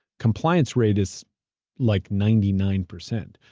compliance rate is like, ninety nine percent,